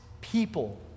people